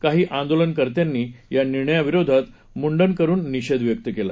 काही आंदोलनकर्त्यांनी या निर्णयाविरोधात मुंडन करून निषेध व्यक्त केला